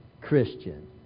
Christian